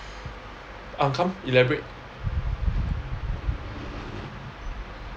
ah come elaborate